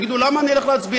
שיגידו: למה אני אלך להצביע?